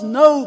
no